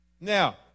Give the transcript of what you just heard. Now